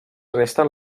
resten